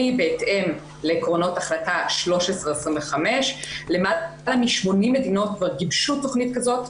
בהתאם לעקרונות החלטה 1325. למעלה מ-80 מדינות כבר גיבשו תוכנית כזאת,